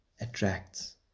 attracts